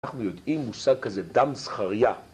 אנחנו יודעים מושג כזה, דם זכריה